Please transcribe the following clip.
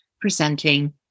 presenting